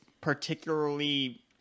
particularly